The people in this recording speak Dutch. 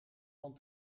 van